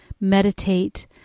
meditate